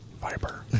Viper